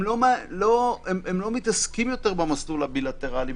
הם לא מתעסקים יותר במסלול הבילטרלי,